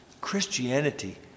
Christianity